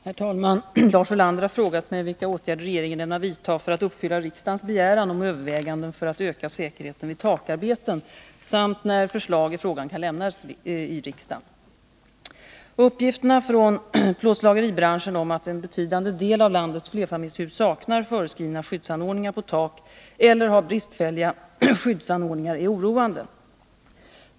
Herr talman! Lars Ulander har frågat mig vilka åtgärder regeringen ämnar vidta för att uppfylla riksdagens begäran om överväganden för att öka säkerheten vid takarbeten samt när förslag i frågan kan lämnas riksdagen. Uppgifterna från plåtslageribranschen om att en betydande del av landets flerfamiljshus saknar föreskrivna skyddsanordningar på tak eller har bristfälliga skyddsanordningar är oroande.